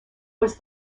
was